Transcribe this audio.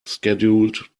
scheduled